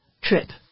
trip